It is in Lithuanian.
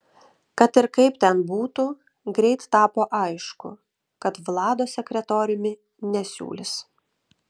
kad ir kaip ten būtų greit tapo aišku kad vlado sekretoriumi nesiūlys